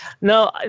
No